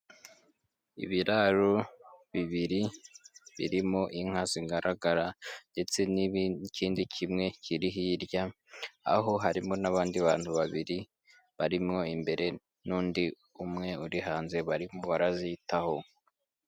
Ibiraro bibiri birimo inka zigaragara, ndetse n'ikindi kimwe kiri hirya, aho harimo n'abandi bantu babiri barimo imbere n'undi umwe uri hanze, barimo barazitaho.